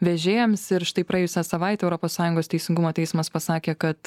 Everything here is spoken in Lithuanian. vežėjams ir štai praėjusią savaitę europos sąjungos teisingumo teismas pasakė kad